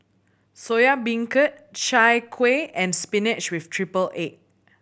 Soya Beancurd Chai Kuih and spinach with triple egg